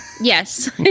Yes